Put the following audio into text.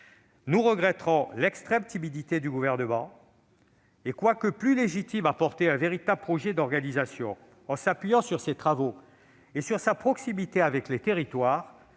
nous regrettons l'extrême timidité du Gouvernement. Quoique plus légitime à porter un véritable projet d'organisation, en s'appuyant sur ses travaux et sa proximité avec les territoires,